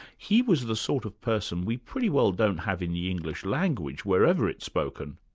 he was the sort of person we pretty well don't have in the english language, wherever it's spoken.